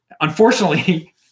unfortunately